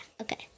okay